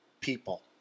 people